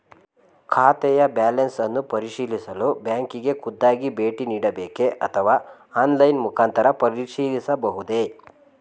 ಖಾತೆಯ ಬ್ಯಾಲೆನ್ಸ್ ಅನ್ನು ಪರಿಶೀಲಿಸಲು ಬ್ಯಾಂಕಿಗೆ ಖುದ್ದಾಗಿ ಭೇಟಿ ನೀಡಬೇಕೆ ಅಥವಾ ಆನ್ಲೈನ್ ಮುಖಾಂತರ ಪರಿಶೀಲಿಸಬಹುದೇ?